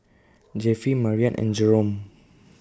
Jeffie Marian and Jerome